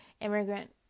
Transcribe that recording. immigrant